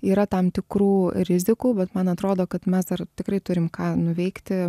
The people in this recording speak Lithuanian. yra tam tikrų rizikų bet man atrodo kad mes dar tikrai turim ką nuveikti